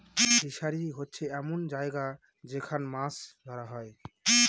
fishery হচ্ছে এমন জায়গা যেখান মাছ ধরা হয়